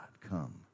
come